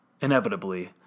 inevitably